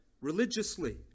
religiously